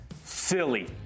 silly